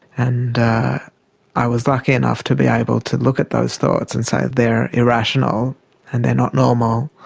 and i was lucky enough to be able to look at those thoughts and say they're irrational and they're not normal,